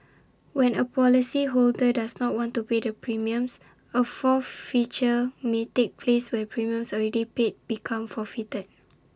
when A policyholder does not want to pay the premiums A forfeiture may take place where premiums already paid become forfeited